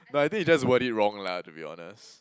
but I think you just word it wrong lah to be honest